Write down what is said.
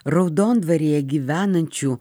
raudondvaryje gyvenančių